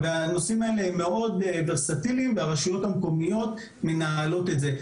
הנושאים האלה מאוד ורסטיליים והרשויות המקומיות מנהלות את זה.